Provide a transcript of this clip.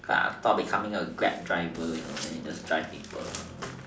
probably coming up with grab driver you know then you just drive people